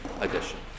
edition